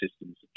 systems